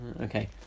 okay